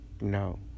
No